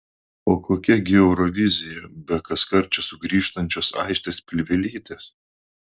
o kokia gi eurovizija be kaskart čia sugrįžtančios aistės pilvelytės